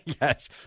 Yes